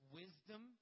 wisdom